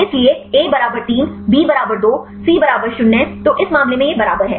इसलिए A बराबर 3 B बराबर 2 C बराबर 0 तो इस मामले में यह बराबर है